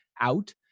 out